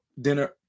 dinner